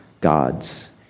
gods